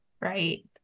right